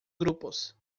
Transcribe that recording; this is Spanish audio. grupos